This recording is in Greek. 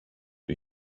του